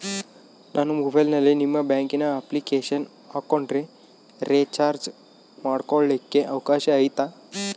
ನಾನು ಮೊಬೈಲಿನಲ್ಲಿ ನಿಮ್ಮ ಬ್ಯಾಂಕಿನ ಅಪ್ಲಿಕೇಶನ್ ಹಾಕೊಂಡ್ರೆ ರೇಚಾರ್ಜ್ ಮಾಡ್ಕೊಳಿಕ್ಕೇ ಅವಕಾಶ ಐತಾ?